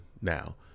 now